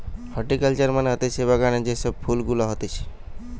horticulture মানে হতিছে বাগানে যে সব ফুল গুলা হতিছে